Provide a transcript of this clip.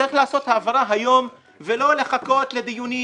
צריך לעשות העברה היום ולא לחכות לדיונים